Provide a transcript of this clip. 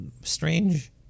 strange